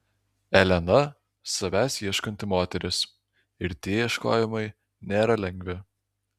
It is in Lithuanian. elena savęs ieškanti moteris ir tie ieškojimai nėra lengvi